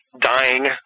dying